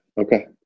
Okay